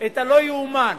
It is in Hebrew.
ללא יאומן.